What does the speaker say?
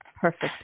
perfect